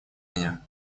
меня